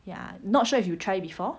ya not sure if you try it before